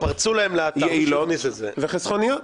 יעילות וחסכוניות.